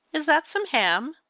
is that some ham?